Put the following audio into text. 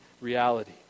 reality